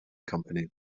company